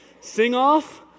sing-off